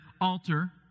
altar